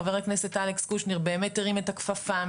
חבר הכנסת אלכס קושניר באמת הרים את הכפפה,